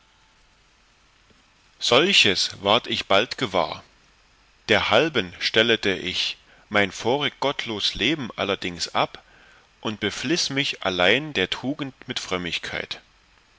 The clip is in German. solches ward ich bald gewahr derhalben stellete ich mein vorig gottlos leben allerdings ab und befliß mich allein der tugend mit frömmigkeit